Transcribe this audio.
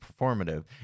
performative